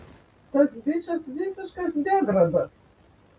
tas bičas visiškas degradas